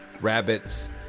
rabbits